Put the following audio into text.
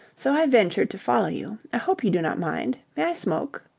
so i ventured to follow you. i hope you do not mind? may i smoke?